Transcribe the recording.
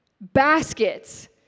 Baskets